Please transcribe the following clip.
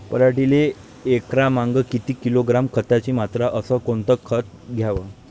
पराटीले एकरामागं किती किलोग्रॅम खताची मात्रा अस कोतं खात द्याव?